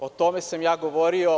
O tome sam ja govorio.